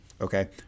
okay